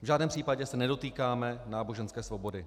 V žádném případě se nedotýkáme náboženské svobody.